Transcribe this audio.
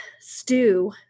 stew